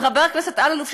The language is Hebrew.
וחבר הכנסת אלאלוף,